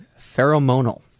pheromonal